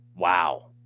Wow